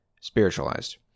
Spiritualized